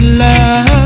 love